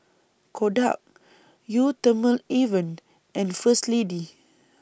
Kodak Eau Thermale Avene and First Lady